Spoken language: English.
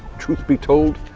truth be told,